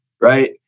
right